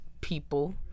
people